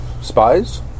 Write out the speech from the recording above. spies